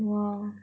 !wah!